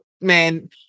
man